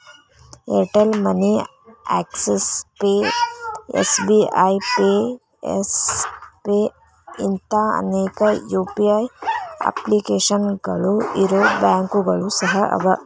Airtel money Axis pay SBI pay Yes pay ಇಂಥಾ ಅನೇಕ UPI ಅಪ್ಲಿಕೇಶನ್ಗಳು ಇರೊ ಬ್ಯಾಂಕುಗಳು ಸಹ ಅವ